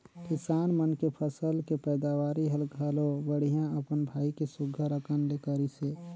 किसान मन के फसल के पैदावरी हर घलो बड़िहा अपन भाई के सुग्घर अकन ले करिसे